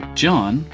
John